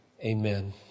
Amen